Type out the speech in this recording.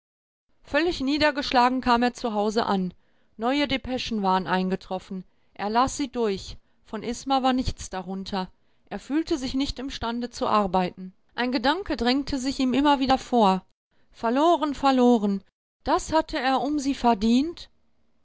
völlig niedergeschlagen kam er zu hause an neue depeschen waren eingetroffen er las sie durch von isma war nichts darunter er fühlte sich nicht imstande zu arbeiten ein gedanke drängte sich ihm immer wieder vor verloren verloren das hatte er um sie verdient